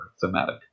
thematic